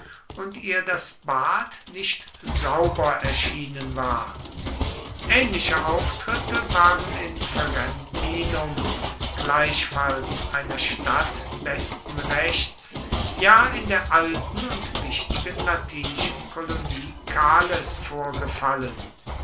und ihr das bad nicht sauber erschienen war ähnliche auftritte waren in ferentinum gleichfalls einer stadt besten rechts ja in der alten und wichtigen latinischen kolonie cales vorgefallen